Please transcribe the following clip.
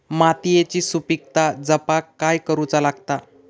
मातीयेची सुपीकता जपाक काय करूचा लागता?